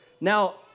Now